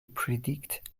predict